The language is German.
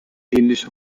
ähnliche